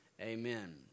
Amen